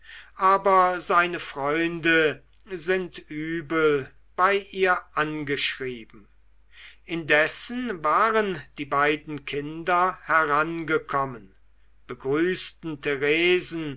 aber seine freunde sind übel bei ihr angeschrieben indessen waren die beiden kinder herangekommen begrüßten theresen